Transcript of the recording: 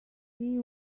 see